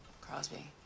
Crosby